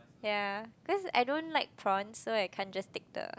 ya cause I don't like prawns so I can't just take the